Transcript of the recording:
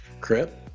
Crip